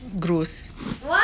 gross